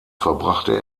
verbrachte